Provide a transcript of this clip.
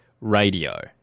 Radio